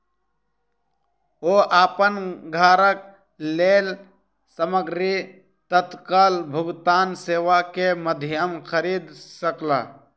ओ अपन घरक लेल सामग्री तत्काल भुगतान सेवा के माध्यम खरीद सकला